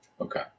Okay